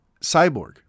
Cyborg